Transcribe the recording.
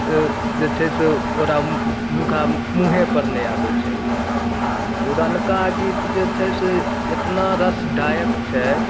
ए जे छै से ओकरा हुनका मुँहेँपर नहि आबै छै आ पुरनका गीत जे छै से एतना रसदायक छै